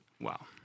Wow